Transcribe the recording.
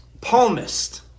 Palmist